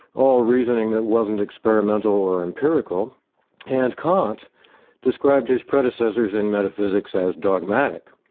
all reasoning that wasn't experimental or empirical and kant described his predecessors in metaphysics as dogmatic.